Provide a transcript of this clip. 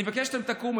אני מבקש שאתם תקומו.